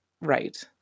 right